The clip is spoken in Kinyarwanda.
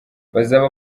bazaba